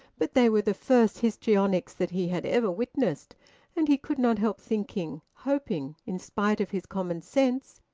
but they were the first histrionics that he had ever witnessed and he could not help thinking, hoping, in spite of his common sense,